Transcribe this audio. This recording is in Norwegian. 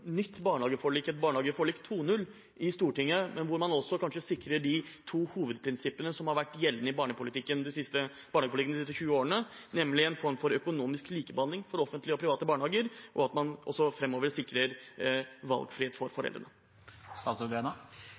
nytt barnehageforlik, et barnehageforlik 2.0, i Stortinget, men hvor man også kanskje sikrer de to hovedprinsippene som har vært gjeldende i barnehagepolitikken de siste 20 årene, nemlig en form for økonomisk likebehandling av offentlige og private barnehager, og at man også fremover sikrer valgfrihet for